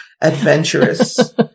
adventurous